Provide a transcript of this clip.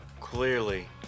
Clearly